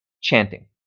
chanting